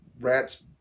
rat's